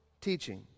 teaching